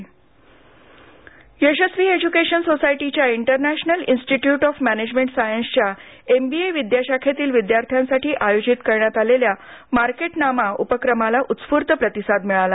यशस्वी कार्यक्रम योगेश मेघना यशस्वी एज्युकेशन सोसायटीच्या इंटरनॅशनल इन्स्टिट्यूट ऑफ मॅनेजमेंट सायन्सच्या एमबीए विद्याशाखेतील विद्यार्थ्यांसाठी आयोजित करण्यात आलेल्या मार्केटनामा उपक्रमाला उस्फुर्त प्रतिसाद मिळाला